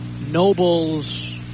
Nobles